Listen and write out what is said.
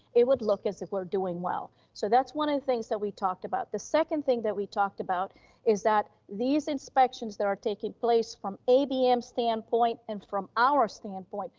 it would look as if we're doing well. so that's one of the things that we talked about. the second thing that we talked about is that these inspections that are taking place from abm standpoint and from our standpoint,